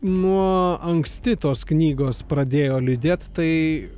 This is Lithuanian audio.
nuo anksti tos knygos pradėjo lydėt tai